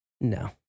no